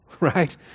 right